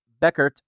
Beckert